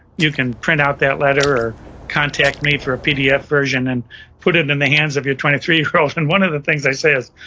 you can print out that letter, or contact me for a pdf version and put it in the hands of your twenty three year old. and one of the things i say is,